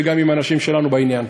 גם עם האנשים שלנו בעניין.